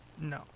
No